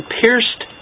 pierced